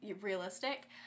realistic